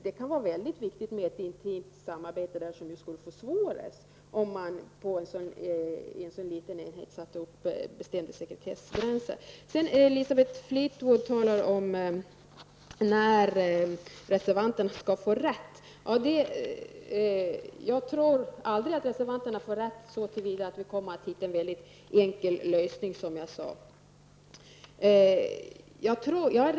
Det kan vara väldigt viktigt med ett intimt samarbete mellan de klinikerna, som ju skulle försvåras om man satte upp bestämda sekretessgränser på en så liten enhet. Elisabeth Fleetwood berörde när reservanterna skall få rätt. Som jag sade tror jag inte att reservanterna någonsin kommer att få rätt så till vida att vi kommer att hitta en väldigt enkel lösning.